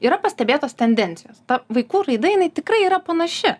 yra pastebėtos tendencijos ta vaikų raida jinai tikrai yra panaši